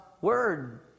word